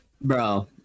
Bro